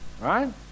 Right